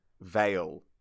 veil